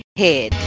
head